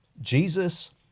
Jesus